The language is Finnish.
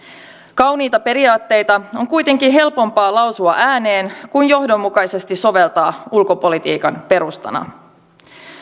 kauniita periaatteita on kuitenkin helpompaa lausua ääneen kuin johdonmukaisesti soveltaa ulkopolitiikan perustana